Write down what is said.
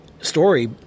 story